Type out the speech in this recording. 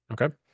Okay